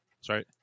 Sorry